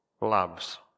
loves